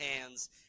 hands